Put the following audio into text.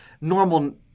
normal